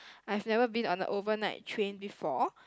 I've never been on a overnight train before